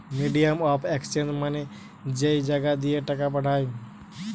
medium of exchange মানে যেই জাগা দিয়ে টাকা পাঠায়